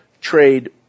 trade